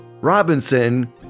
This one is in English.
Robinson